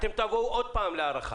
אתם תבואו עוד פעם להארכה.